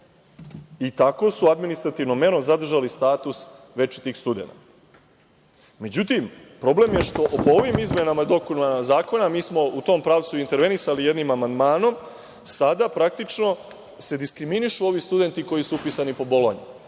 I tako su administrativnom merom zadržali status večitih studenata.Međutim, što po ovim izmenama i dopunama Zakona, mi smo u tom pravcu intervenisali jednim amandmanom, sada se praktično diskriminišu ovi studenti koji su upisani po Bolonji.